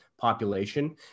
population